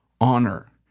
honor